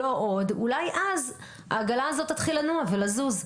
לא עוד אולי אז העגלה הזאת תתחיל לנוע ולזוז.